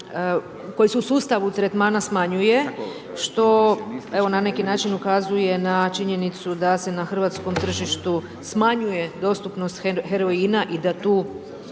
koji su u sustavu tretmana smanjuje što evo na neki način ukazuje na činjenicu da se na hrvatskom tržištu smanjuje dostupnost heroina i da tu